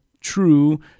true